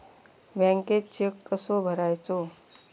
बँकेत चेक कसो भरायचो?